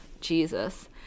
Jesus